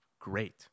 Great